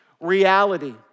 Reality